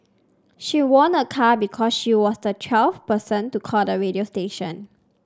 she won a car because she was the twelfth person to call the radio station